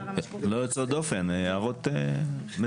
לא יוצאות דופן אלא הערות מסוימות.